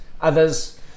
others